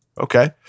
Okay